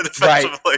right